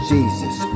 Jesus